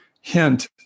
hint